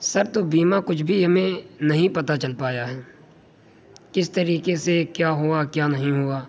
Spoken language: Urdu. سر تو بمیہ کچھ بھی ہمیں نہیں پتہ چل پایا ہے کس طریقے سے کیا ہوا کیا نہیں ہوا